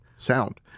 sound